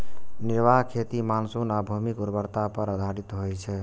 निर्वाह खेती मानसून आ भूमिक उर्वरता पर आधारित होइ छै